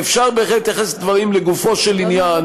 אפשר בהחלט להתייחס לדברים לגופו של עניין